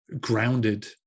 grounded